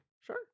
Sure